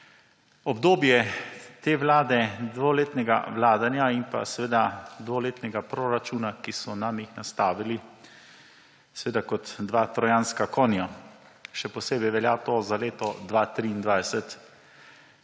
Obdobje te vlade, dvoletnega vladanja in pa dvoletnega proračuna, ki so nam ju nastavili, seveda kot dva trojanska konja. Še posebej velja to za leto 2023,